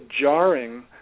jarring